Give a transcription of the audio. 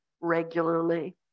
regularly